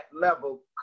level